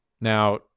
Now